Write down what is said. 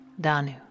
Danu